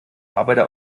arbeiter